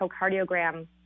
echocardiogram